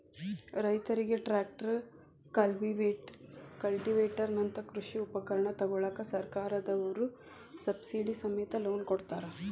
ರೈತರಿಗೆ tractor, cultivator ನಂತ ಕೃಷಿ ಉಪಕರಣ ತೊಗೋಳಾಕ ಸರ್ಕಾರದವ್ರು ಸಬ್ಸಿಡಿ ಸಮೇತ ಲೋನ್ ಕೊಡ್ತಾರ